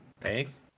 Thanks